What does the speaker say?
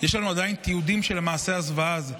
יש לנו עדיין תיעודים של מעשה הזוועה הזה,